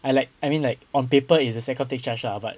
I like I mean like on paper it's the sec com take charge lah but